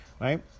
right